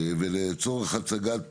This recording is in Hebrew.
ולצורך הצגת